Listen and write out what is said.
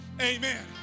amen